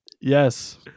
yes